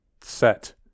set